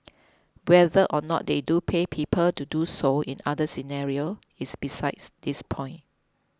whether or not they do pay people to do so in other scenarios is besides this point